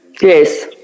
Yes